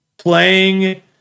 playing